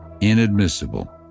inadmissible